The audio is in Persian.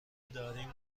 داریم